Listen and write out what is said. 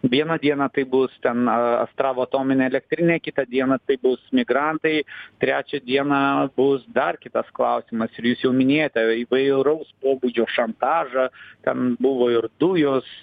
vieną dieną tai bus ten astravo atominė elektrinė kitą dieną tai bus migrantai trečią dieną bus dar kitas klausimas ir jūs jau minėjote įvairaus pobūdžio šantažą ten buvo ir dujos